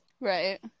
Right